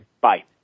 Bye